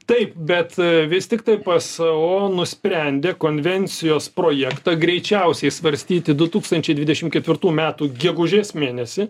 taip bet vis tiktai pso nusprendė konvencijos projektą greičiausiai svarstyti du tūkstančiai dvidešimt ketvirtų metų gegužės mėnesį